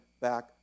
back